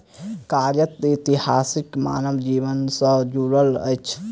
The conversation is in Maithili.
कागजक इतिहास मानव जीवन सॅ जुड़ल अछि